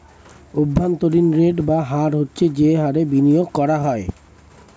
অভ্যন্তরীণ রেট বা হার হচ্ছে যে হারে বিনিয়োগ করা হয়